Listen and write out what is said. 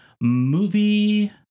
movie